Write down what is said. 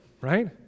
Right